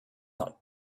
not